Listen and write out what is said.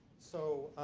so,